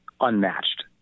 unmatched